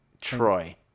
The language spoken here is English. Troy